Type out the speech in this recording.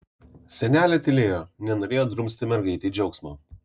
senelė tylėjo nenorėjo drumsti mergaitei džiaugsmo